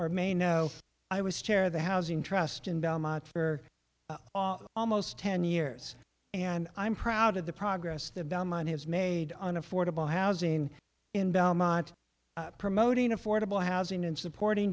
or may know i was chair of the housing trust in belmont for almost ten years and i'm proud of the progress the belmont has made on affordable housing in belmont promoting affordable housing and supporting